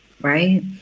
right